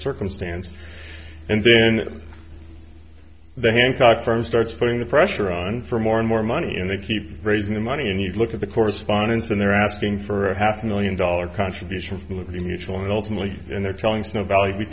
circumstance and then the hancock firm starts putting the pressure on for more and more money and they keep raising the money and you look at the correspondence and they're asking for half a million dollar contributions from the mutual and ultimately they're telling snow value we